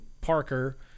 Parker –